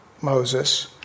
Moses